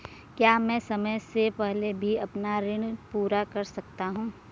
क्या मैं समय से पहले भी अपना ऋण पूरा कर सकता हूँ?